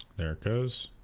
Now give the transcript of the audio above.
there it goes